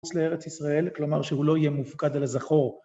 לארץ ישראל, כלומר שהוא לא יהיה מופקד על הזכור